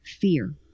fear